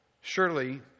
Surely